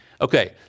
Okay